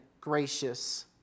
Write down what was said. gracious